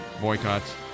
boycotts